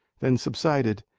then subsided,